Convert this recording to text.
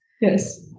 Yes